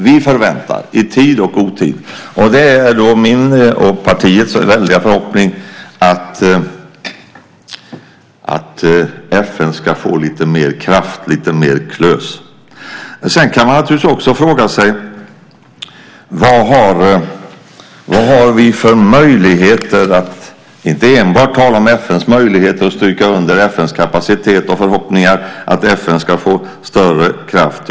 Vi förväntar! Det är min och partiets väldiga förhoppning att FN ska få lite mer kraft och klös. Sedan kan man naturligtvis fråga sig vilka möjligheter vi har förutom att tala om FN:s möjligheter och stryka under FN:s kapacitet och förhoppningarna att FN ska få större kraft.